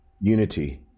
Unity